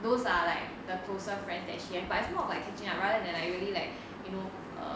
those are like the closer friends that she had but it's more of like catching up rather than really like you know err